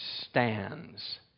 stands